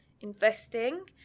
investing